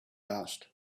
asked